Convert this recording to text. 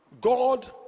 God